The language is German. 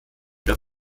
der